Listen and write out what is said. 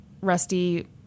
Rusty